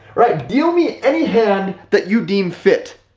right do me any hand that you deem fit.